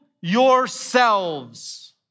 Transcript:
yourselves